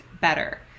better